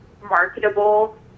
marketable